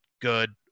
good